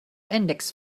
index